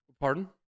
Pardon